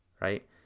right